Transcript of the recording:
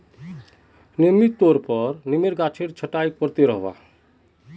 नियमित तौरेर पर नीमेर गाछेर छटाई कर त रोह